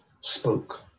spoke